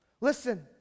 Listen